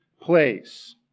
place